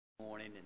morning